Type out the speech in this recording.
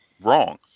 wrong